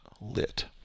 lit